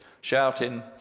shouting